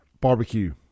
barbecue